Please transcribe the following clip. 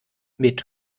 mit